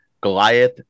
Goliath